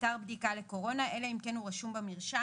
אתר בדיקה לקורונה אלא אם כן הוא רשום במרשם,